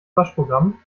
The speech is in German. waschprogramm